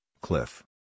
cliff